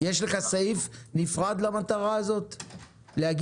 סעיף נפרד למטרה הזאת?